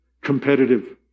competitive